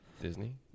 Disney